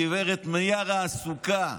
גב' מיארה עסוקה.